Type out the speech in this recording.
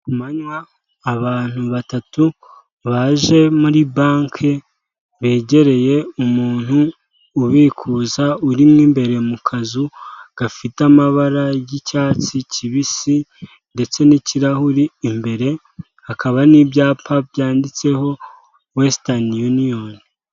Ku manywa abantu batatu baje muri banki, begereye umuntu ubikuza urimo imbere mu kazu gafite amabara y'icyatsi kibisi ndetse n'ikirahuri, imbere hakaba n'ibyapa byanditseho Wester Union.